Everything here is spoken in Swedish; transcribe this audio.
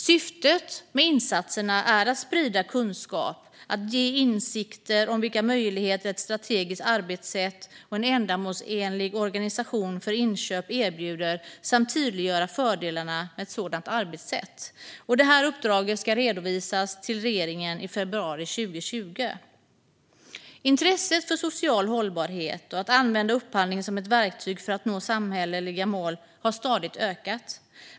Syftet med insatserna är att sprida kunskap, att ge insikter om vilka möjligheter ett strategiskt arbetssätt och en ändamålsenlig organisation för inköp erbjuder och att tydliggöra fördelarna med ett sådant arbetssätt. Uppdraget ska redovisas till regeringen i februari 2022. Intresset för social hållbarhet och för att använda upphandling som ett verktyg för att nå samhälleliga mål har stadigt ökat.